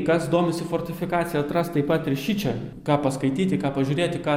kas domisi fortifikacija atras taip pat ir šičia ką paskaityti ką pažiūrėti ką